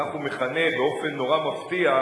כך הוא מכנה, באופן מאוד מפתיע,